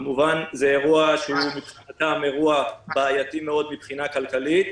זה כמובן אירוע בעייתי מאוד מבחינה כלכלית.